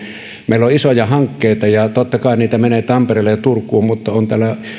meillä on isoja hankkeita ja totta kai niitä menee tampereelle ja turkuun mutta on täällä